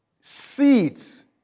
seeds